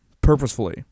Purposefully